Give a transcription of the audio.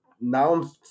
now